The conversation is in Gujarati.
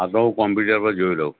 હા તો હું કોમ્પુટર પર જોઈ લઉં